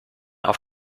auf